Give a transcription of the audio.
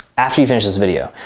after you finished this video.